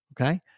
Okay